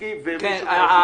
זה שאת אומרת שזה